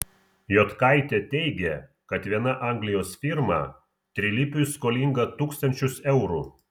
jotkaitė teigė kad viena anglijos firma trilypiui skolinga tūkstančius eurų